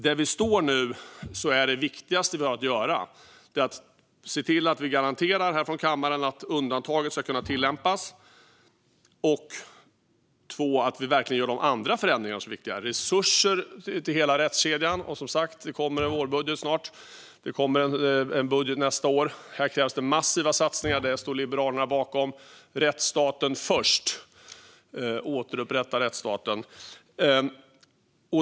Där vi nu står är det viktigaste vi har att göra att för det första se till att vi från kammaren garanterar att undantaget ska kunna tillämpas och för det andra göra de andra förändringar som är viktiga, med resurser till hela rättskedjan. Som sagt kommer det snart en vårbudget, och det kommer sedan en budget för nästa år. Här krävs det massiva satsningar. Det står Liberalerna bakom. Rättsstaten först! Återupprätta rättsstaten!